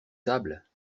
sables